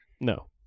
No